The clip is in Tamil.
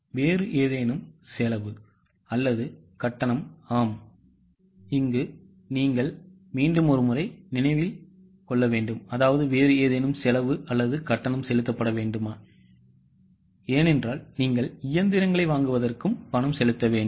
வேறு ஏதேனும் செலவு அல்லது கட்டணம் ஆம் ஏனென்றால் நீங்கள் இயந்திரங்களை வாங்குவதற்கும் பணம் செலுத்த வேண்டும்